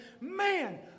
man